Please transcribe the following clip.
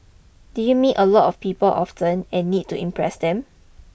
do you meet a lot of people often and need to impress them